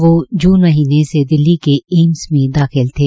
वोह जून महीने से दिल्ली के ऐम्स में दाखिल थे